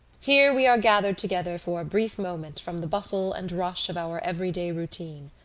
here we are gathered together for a brief moment from the bustle and rush of our everyday routine.